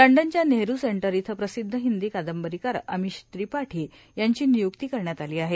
लंडनच्या नेहरु सेंटर येथे प्रसिद्ध हिंदी कादंबरीकार अमिश त्रिपाठी यांची नियुक्ती करण्यात आली आहे